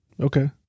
Okay